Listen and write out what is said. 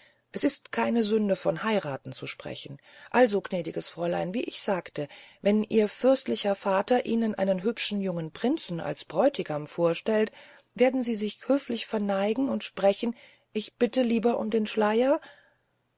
es ist keine sünde von heirathen zu sprechen also gnädiges fräulein wie ich sagte wenn ihr fürstlicher vater ihnen einen hübschen jungen prinzen als bräutigam vorstellt werden sie sich höflich verneigen und sprechen ich bitte lieber um den schleyer